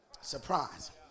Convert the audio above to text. surprise